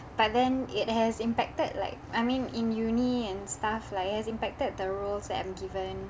but then it has impacted like I mean in uni and stuff like it has impacted the roles I am given